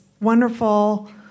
wonderful